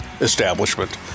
establishment